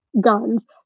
guns